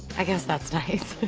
i guess that's nice.